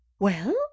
Well